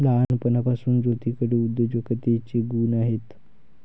लहानपणापासून ज्योतीकडे उद्योजकतेचे गुण आहेत